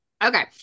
Okay